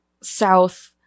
South